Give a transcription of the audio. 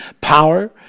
power